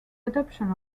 adoption